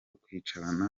kwicarana